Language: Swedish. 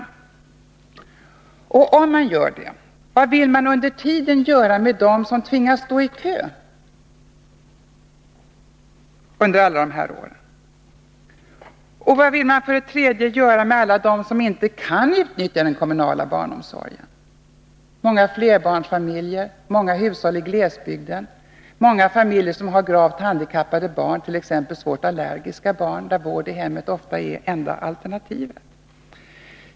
Om socialdemokraterna vill detta, vad vill de då göra med dem som tvingas stå i kö under alla dessa år? Vad vill socialdemokraterna göra med alla dem som inte kan utnyttja den kommunala barnomsorgen? Det gäller många flerbarnsfamiljer, många hushåll i glesbygden, många familjer som har gravt handikappade barn, t.ex. svårt allergiska barn, för vilka vård i hemmet ofta är det enda alternativet.